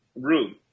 room